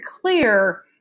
clear